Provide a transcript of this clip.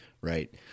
right